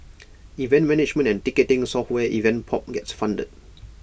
event management and ticketing software event pop gets funded